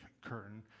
curtain